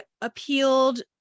appealed